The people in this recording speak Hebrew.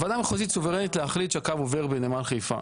הוועדה המחוזית סוברנית להחליט שהקו עובר בנמל חיפה.